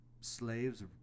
slaves